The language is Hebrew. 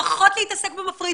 פחות להתעסק במפריד,